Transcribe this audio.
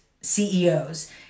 CEOs